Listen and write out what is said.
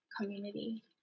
community